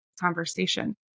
conversation